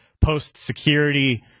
post-security